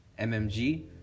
MMG